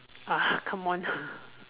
uh come on